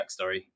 backstory